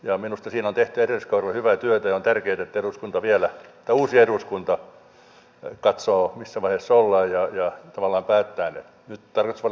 minusta siinä on tehty edelliskaudella hyvää työtä ja on tärkeää että uusi eduskunta vielä katsoo missä vaiheessa ollaan ja tavallaan päättää ne